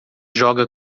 joga